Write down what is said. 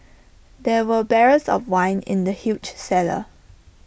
there were barrels of wine in the huge cellar